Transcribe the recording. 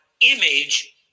image